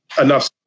enough